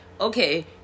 okay